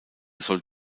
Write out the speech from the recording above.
soll